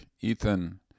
Ethan